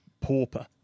pauper